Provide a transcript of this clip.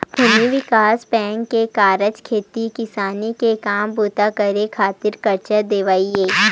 भूमि बिकास बेंक के कारज खेती किसानी के काम बूता करे खातिर करजा देवई हे